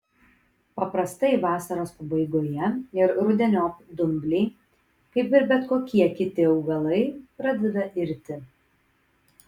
paprastai vasaros pabaigoje ir rudeniop dumbliai kaip ir bet kokie kiti augalai pradeda irti